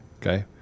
okay